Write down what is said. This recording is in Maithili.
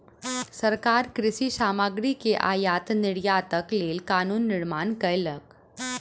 सरकार कृषि सामग्री के आयात निर्यातक लेल कानून निर्माण कयलक